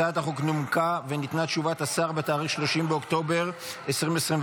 הצעת החוק נומקה וניתנה תשובת השר בתאריך 30 באוקטובר 2024,